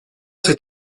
cet